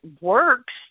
works